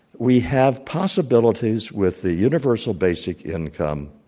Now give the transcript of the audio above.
we have possibilities with the universal basic income,